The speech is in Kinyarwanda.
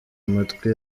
amatwi